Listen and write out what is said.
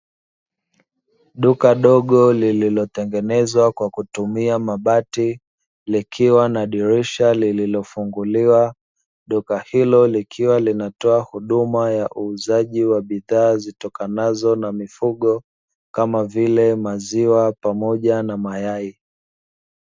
Duka dogo lililo tengenezwa kwa kutumia mabati likiwa na dirisha lililofunguliwa, duka hilo likiwa linatoa huduma ya uuzaji wa bidhaa zitokanazo na mifugo kama vile maziwa pamoja na mayai.